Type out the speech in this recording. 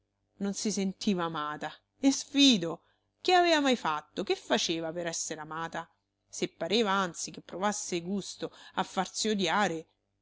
non si sentiva amata e sfido che aveva mai fatto che faceva per essere amata se pareva anzi che provasse gusto a farsi odiare